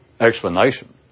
explanation